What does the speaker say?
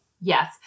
yes